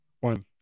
one